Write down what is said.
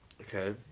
Okay